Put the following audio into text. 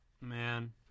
Man